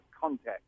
context